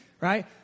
Right